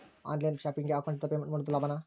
On line ಶಾಪಿಂಗಿಗೆ ಅಕೌಂಟಿಂದ payment ಮಾಡೋದು ಲಾಭಾನ?